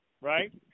right